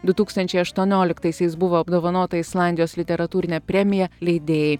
du tūkstančiai aštuonioliktaisiais buvo apdovanota islandijos literatūrine premija leidėjai